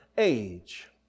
age